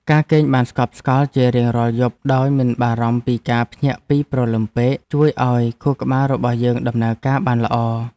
ការគេងបានស្កប់ស្កល់ជារៀងរាល់យប់ដោយមិនបារម្ភពីការភ្ញាក់ពីព្រលឹមពេក ជួយឱ្យខួរក្បាលរបស់យើងដំណើរការបានល្អ។